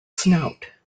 snout